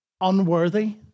unworthy